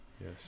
Yes